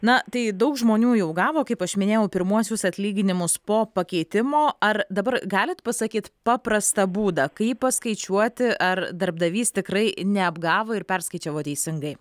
na tai daug žmonių jau gavo kaip aš minėjau pirmuosius atlyginimus po pakeitimo ar dabar galit pasakyt paprastą būdą kaip paskaičiuoti ar darbdavys tikrai neapgavo ir perskaičiavo teisingai